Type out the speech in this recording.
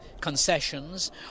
concessions